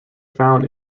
found